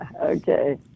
Okay